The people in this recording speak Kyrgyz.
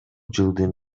жылдын